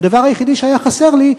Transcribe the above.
והדבר היחידי שהיה חסר לי,